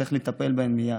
שצריך לטפל בהן מייד.